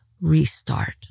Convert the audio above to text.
restart